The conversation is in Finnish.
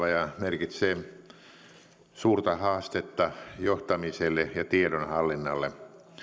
merkitsee suurta haastetta johtamiselle ja tiedonhallinnalle